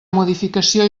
modificació